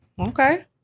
Okay